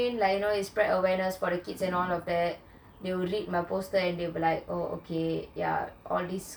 so in like you know it spread awareness to the kids and that they will read my poster and be like oh okay